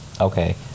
Okay